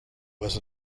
was